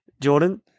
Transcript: Jordan